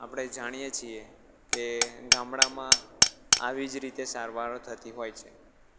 આપણે જાણીએ છીએ કે ગામડામાં આવી જ રીતે સારવારો થતી હોય છે